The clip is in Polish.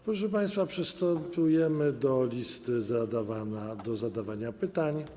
Proszę państwa, przystępujemy do listy, do zadawania pytań.